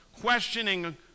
questioning